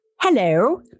Hello